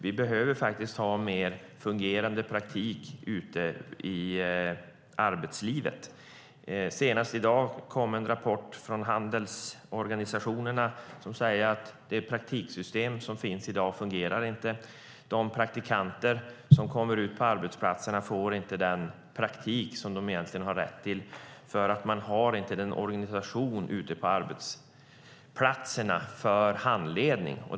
Vi behöver faktiskt ha mer fungerande praktik ute i arbetslivet. Senast i dag kom en rapport från handelns organisationer som säger att det praktiksystem som finns i dag inte fungerar. De praktikanter som kommer ut på arbetsplatserna får inte den praktik som de egentligen har rätt till därför att man inte har någon organisation för handledning ute på arbetsplatserna.